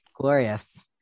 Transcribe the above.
Glorious